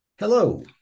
Hello